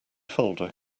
folder